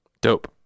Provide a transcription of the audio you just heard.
Dope